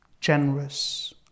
generous